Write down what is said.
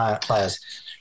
players